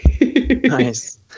Nice